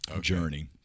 journey